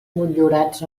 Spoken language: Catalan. motllurats